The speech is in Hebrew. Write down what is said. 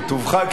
בטובך,